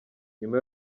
nyuma